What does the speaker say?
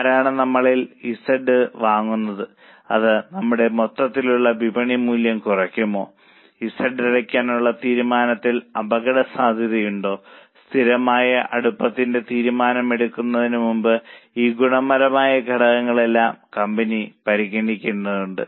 ആരാണ് നമ്മളിൽ നിന്ന് Z വാങ്ങുന്നത് അത് നമ്മളുടെ മൊത്തത്തിലുള്ള വിപണി മൂല്യം കുറയ്ക്കുമോ Z അടയ്ക്കാനുള്ള തീരുമാനത്തിൽ അപകട സാധ്യതയുണ്ടോ സ്ഥിരമായ അടുപ്പത്തിന്റെ തീരുമാനം എടുക്കുന്നതിന് മുമ്പ് ഈ ഗുണപരമായ ഘടകങ്ങളെല്ലാം കമ്പനി പരിഗണിക്കേണ്ടതുണ്ട്